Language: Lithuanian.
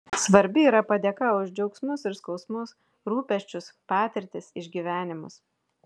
svarbi yra padėka už džiaugsmus ir skausmus rūpesčius patirtis išgyvenimus